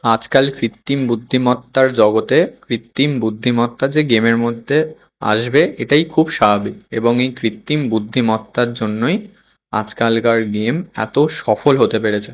আজকাল কৃত্রিম বুদ্ধিমত্তার জগতে কৃত্রিম বুদ্ধিমত্তা যে গেমের মধ্যে আসবে এটাই খুব স্বাভাবিক এবং এই কৃত্রিম বুদ্ধিমত্তার জন্যই আজকালকার গেম এতো সফল হতে পেরেছে